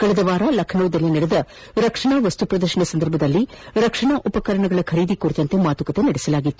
ಕಳೆದ ವಾರ ಲಖ್ಯೋದಲ್ಲಿ ನಡೆದ ರಕ್ಷಣಾ ವಸ್ತು ಪ್ರದರ್ಶನ ಸಂದರ್ಭದಲ್ಲಿ ರಕ್ಷಣಾ ಉಪಕರಣಗಳ ಖರೀದಿ ಕುರಿತಂತೆ ಮಾತುಕತೆ ನಡೆಸಲಾಗಿತ್ತು